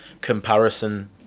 Comparison